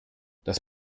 das